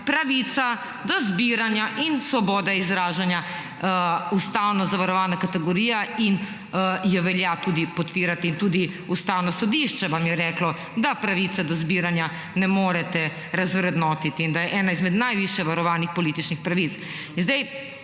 pravica do zbiranja in svoboda izražanja ustavno zavarovana kategorija in jo velja tudi podpirati. In tudi Ustavno sodišče vam je reklo, da pravice do zbiranja ne morete razvrednotiti in da je ena izmed najvišje varovanih političnih pravic.